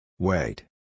Wait